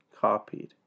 copied